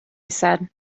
said